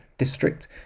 District